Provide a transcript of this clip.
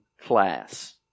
class